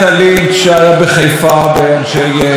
שעוד לא גינה את הפיגוע שהיה ביום שישי,